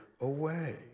away